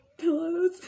Pillows